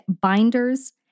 binders